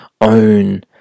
own